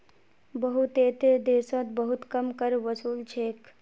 बहुतेते देशोत बहुत कम कर वसूल छेक